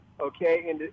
okay